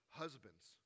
husbands